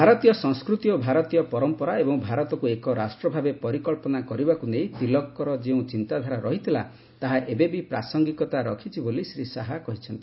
ଭାରତୀୟ ସଂସ୍କୃତି ଓ ଭାରତୀୟ ପରମ୍ପରା ଏବଂ ଭାରତକୁ ଏକ ରାଷ୍ଟ୍ର ଭାବେ ପରିକବ୍ଧନା କରିବାକୁ ନେଇ ତିଲକଙ୍କର ଯେଉଁ ବିଚାରଧାରା ରହିଥିଲା ତାହା ଏବେବି ପ୍ରାସଙ୍ଗିକତା ରଖିଛି ବୋଲି ଶ୍ରୀ ଶାହା କହିଛନ୍ତି